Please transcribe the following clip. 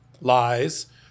Lies